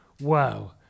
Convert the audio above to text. wow